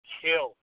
kill